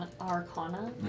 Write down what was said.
Arcana